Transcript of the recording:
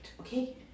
okay